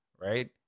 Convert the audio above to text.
right